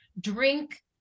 drink